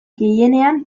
gehienean